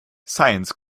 science